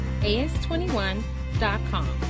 as21.com